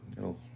No